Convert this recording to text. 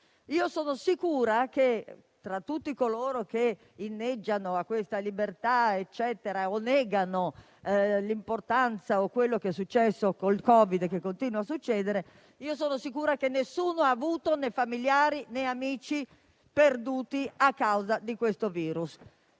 Io sono sicura che, tra tutti coloro che inneggiano a questa libertà o che negano l'importanza di quello che è successo e che continua a succedere con il Covid, nessuno ha avuto familiari o amici perduti a causa di questo virus.